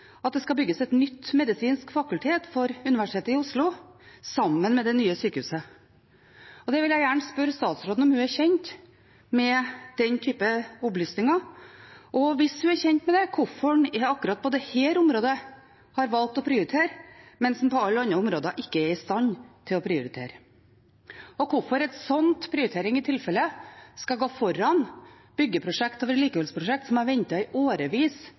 at det skal bygges et nytt medisinsk fakultet for Universitetet i Oslo sammen med det nye sykehuset. Jeg vil gjerne spørre statsråden om hun er kjent med disse opplysningene. Hvis hun er kjent med dem – hvorfor har en akkurat på dette området valgt å prioritere, mens en på alle andre områder ikke er i stand til å prioritere? Og hvorfor skal i så tilfelle en slik prioritering gå foran byggeprosjekter og vedlikeholdsprosjekter som har ventet i årevis